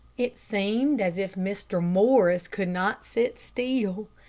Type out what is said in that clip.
it seemed as if mr. morris could not sit still.